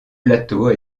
plateaux